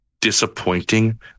disappointing